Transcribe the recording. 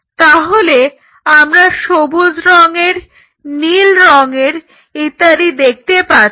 তাহলে আমরা সবুজ রঙের নীল রঙের ইত্যাদি দেখতে পাচ্ছি